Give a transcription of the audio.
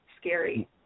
scary